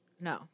no